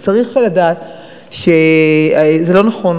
אז צריך לדעת שזה לא נכון.